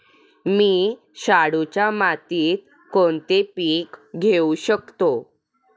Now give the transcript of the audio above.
मी शाडूच्या मातीत कोणते पीक घेवू शकतो?